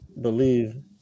believe